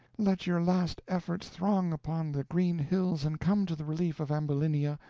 let your last efforts throng upon the green hills, and come to the relief of ambulinia,